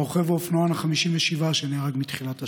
רוכב האופנוע ה-57 שנהרג מתחילת השנה.